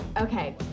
okay